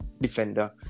defender